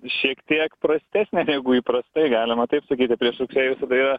šiek tiek prastesnė negu įprastai galima taip sakyti prie rugsėjį visada yra